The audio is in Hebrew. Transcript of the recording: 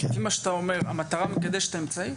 לפי מה שאתה אומר המטרה מקדשת את האמצעים?